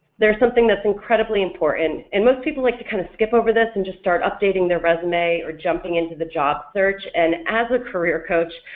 there's something that's incredibly important and most people like to kind of skip over this and just start updating their resume or jumping into the job search and as a career coach,